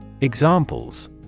Examples